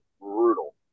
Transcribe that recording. brutal